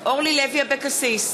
אורלי לוי אבקסיס,